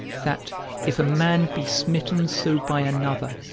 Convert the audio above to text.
that if a man be smitten so by another,